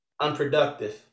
unproductive